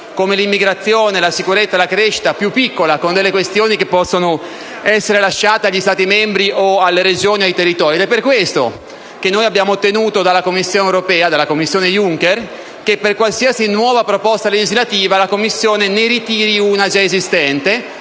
come l'immigrazione, la sicurezza e la crescita e più piccola con le questioni che possono essere lasciate agli Stati membri, alle Regioni e ai territori. È per questo che abbiamo ottenuto dalla Commissione europea, la Commissione Junker, che per qualsiasi nuova proposta legislativa ne ritiri almeno una già esistente,